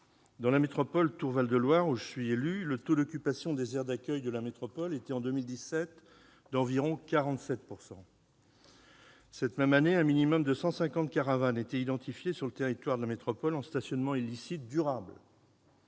Dans la métropole Tours Val de Loire, où je suis élu, le taux d'occupation des aires d'accueil était d'environ 47 % en 2017. La même année, un minimum de 150 caravanes était identifié sur le territoire de la métropole en stationnement illicite durable.